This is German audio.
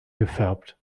gefärbt